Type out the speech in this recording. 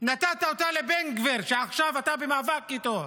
נתת אותה לבן גביר, שעכשיו אתה במאבק איתו.